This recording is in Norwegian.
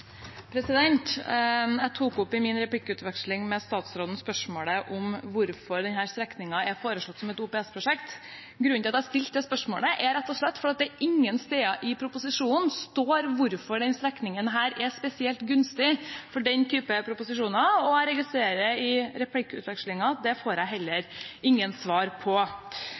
foreslått som et OPS-prosjekt. Grunnen til at jeg stilte det spørsmålet, er rett og slett at det ingen steder i proposisjonen står hvorfor denne strekningen er spesielt gunstig for den type prosjekter, og jeg registrerte i replikkvekslingen at det fikk jeg heller ingen svar på.